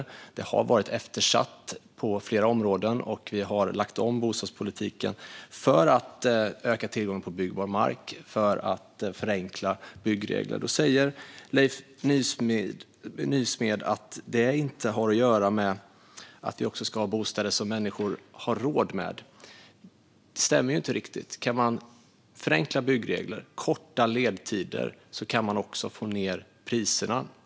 Flera områden har varit eftersatta, och vi har lagt om bostadspolitiken för att öka tillgången på byggbar mark och för att förenkla byggregler. Leif Nysmed säger att detta inte har att göra med att det ska finnas bostäder som människor har råd med, men det stämmer inte riktigt. Kan man förenkla byggregler och korta ledtider kan man också få ned priserna.